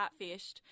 catfished